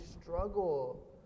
struggle